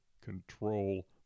control